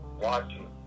watching